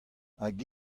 hag